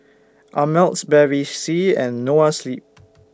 Ameltz Bevy C and Noa Sleep